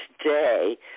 today